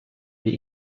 the